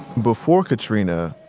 before katrina,